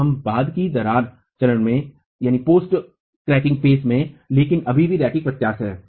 तो हम बाद की दरार चरण में हैं लेकिन अभी भी रैखिक प्रत्यास्थ हैं